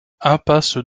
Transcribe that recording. impasse